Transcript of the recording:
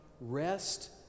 rest